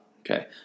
Okay